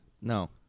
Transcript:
no